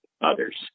others